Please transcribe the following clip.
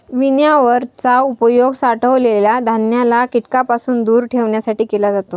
winnower चा उपयोग साठवलेल्या धान्याला कीटकांपासून दूर ठेवण्यासाठी केला जातो